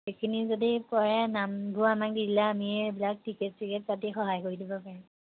এইখিনি যদি পাৰে নামবোৰ আমাক দি দিলে আমিয়েই এইবিলাক টিকেট চিকেট কাটি সহায় কৰি দিব পাৰিম